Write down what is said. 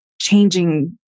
changing